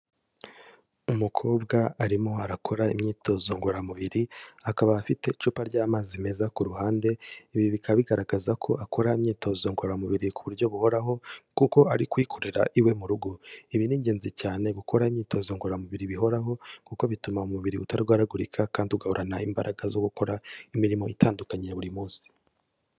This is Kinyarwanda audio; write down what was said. Umukobwa, arimo arakora imyitozo ngororamubiri, akaba afite icupa ry'amazi meza ku ruhande, ibi bikaba bigaragaza ko akora imyitozo ngororamubiri ku buryo buhoraho kuko ari kuyikorera iwe mu rugo, ibi ni ingenzi cyane gukora imyitozo ngororamubiri bihoraho, kuko bituma umubiri utarwaragurika kandi ugahorana imbaraga zo gukora imirimo itandukanye ya buri munsi.